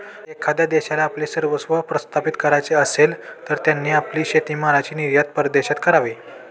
एखाद्या देशाला आपले वर्चस्व प्रस्थापित करायचे असेल, तर त्यांनी आपली शेतीमालाची निर्यात परदेशात करावी